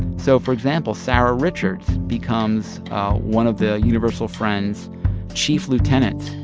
so for example, sarah richards becomes one of the universal friend's chief lieutenants.